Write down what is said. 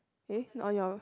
eh on your